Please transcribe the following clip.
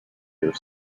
their